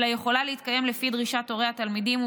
אלא יכולה להתקיים לפי דרישת הורי התלמידים ובמימונם,